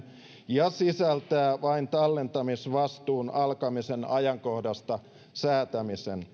ja sisältää vain tallentamisvastuun alkamisen ajankohdasta säätämisen